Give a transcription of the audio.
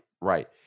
Right